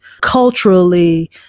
culturally